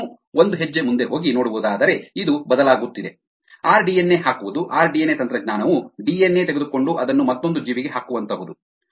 ಮತ್ತು ಇನ್ನೂ ಒಂದು ಹೆಜ್ಜೆ ಮುಂದೆ ಹೋಗಿ ನೋಡೋದಾದರೆ ಇದು ಬದಲಾಗುತ್ತಿದೆ ಆರ್ ಡಿಎನ್ಎ ಹಾಕುವುದು ಆರ್ ಡಿಎನ್ಎ ತಂತ್ರಜ್ಞಾನವು ಡಿಎನ್ಎ ತೆಗೆದುಕೊಂಡು ಅದನ್ನು ಮತ್ತೊಂದು ಜೀವಿಗೆ ಹಾಕುವಂತಹುದು